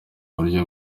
buryo